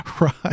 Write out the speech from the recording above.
right